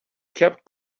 kept